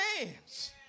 hands